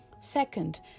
second